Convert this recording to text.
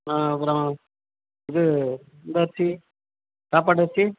ஆ அப்புறம் இது இந்த அரிசி சாப்பாட்டரிசி